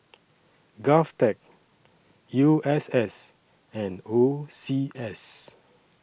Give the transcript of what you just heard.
Govtech U S S and O C S